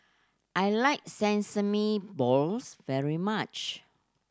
I like sesame balls very much